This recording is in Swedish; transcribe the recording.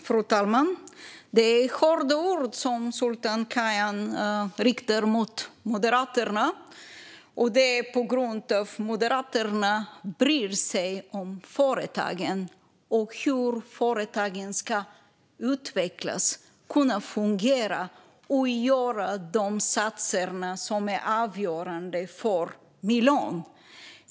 Fru talman! Det är hårda ord som Sultan Kayhan riktar mot Moderaterna på grund av att Moderaterna bryr sig om företagen och hur företagen ska utvecklas, kunna fungera och kunna göra de satsningar som är avgörande för miljön.